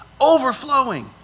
overflowing